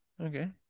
okay